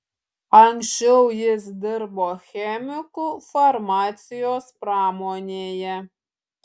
anksčiau jis dirbo chemiku farmacijos pramonėje